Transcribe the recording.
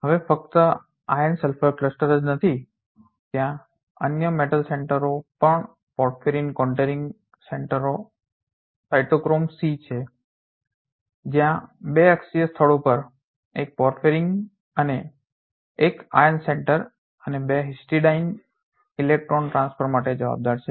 હવે ફક્ત iron sulphur cluster જ નથી ત્યાં અન્ય મેટલ સેન્ટર પણ પોર્ફિરિન કોન્ટેરીંગ સમોચ્ચ સેન્ટર સાયટોક્રોમ C છે જ્યાં બે અક્ષીય સ્થળો પર એક પોર્ફિરિન રિંગ અને 1 આયર્ન સેન્ટર અને 2 હિસ્ટિડાઇન ઇલેક્ટ્રોન ટ્રાન્સફર માટે જવાબદાર છે